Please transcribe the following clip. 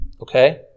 okay